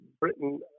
Britain